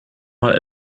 mal